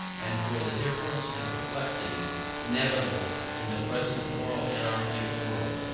and for the diffidence and perplexity inevitable in the present moral anarchy of the world,